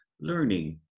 learning